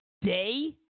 day